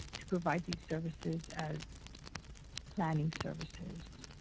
to provide these services as planning services.